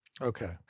Okay